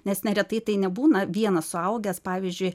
nes neretai tai nebūna vienas suaugęs pavyzdžiui